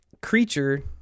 creature